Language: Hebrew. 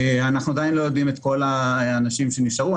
אנחנו עדיין לא יודעים את כל האנשים שנשארו,